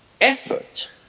effort